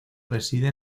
reside